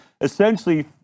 essentially